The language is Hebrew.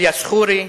אליאס ח'ורי,